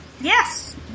Yes